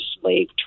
slave